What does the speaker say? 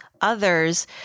Others